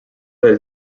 olid